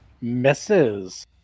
Misses